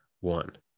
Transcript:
one